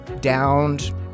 downed